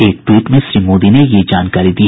एक ट्वीट में श्री मोदी ने यह जानकारी दी